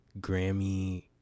Grammy